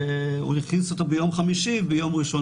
הוא הכניס אותו ביום חמישי וביום ראשון